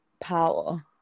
power